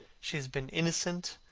she has been innocent,